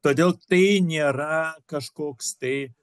todėl tai nėra kažkoks tai